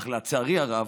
אך לצערי הרב,